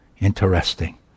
Interesting